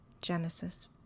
Genesis